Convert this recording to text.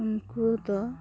ᱩᱱᱠᱩ ᱫᱚ